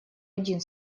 один